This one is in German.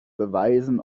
beweisen